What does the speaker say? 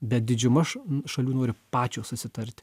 bet didžiuma ša šalių nori pačios susitarti